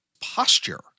posture